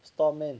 storeman